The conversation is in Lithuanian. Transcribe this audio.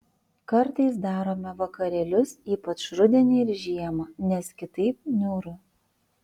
kartais darome vakarėlius ypač rudenį ir žiemą nes kitaip niūru